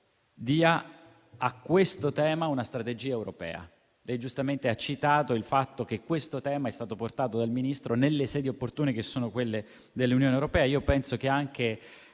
a questo tema una strategia europea. Lei ha giustamente citato il fatto che questo tema è stato portato dal Ministro nelle sedi opportune, che sono quelle dell'Unione europea.